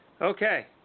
Okay